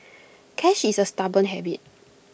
cash is A stubborn habit